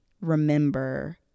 remember